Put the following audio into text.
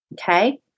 okay